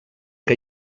que